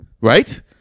Right